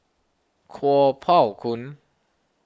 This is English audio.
Kuo Pao Kun